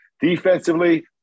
Defensively